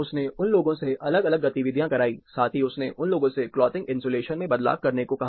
उसने उन लोगों से अलग अलग गतिविधियाँ कराईं साथ ही उसने उन लोगों से क्लोथिंग इन्सुलेशन में बदलाव करने को कहा